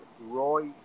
Roy